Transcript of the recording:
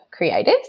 creatives